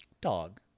Dog